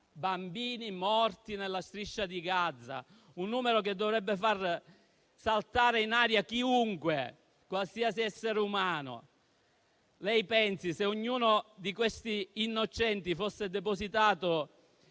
bambini sono morti nella Striscia di Gaza: un numero che dovrebbe far saltare in aria chiunque, qualsiasi essere umano. Se ognuno di quegli innocenti fosse depositato